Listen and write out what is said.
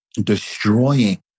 destroying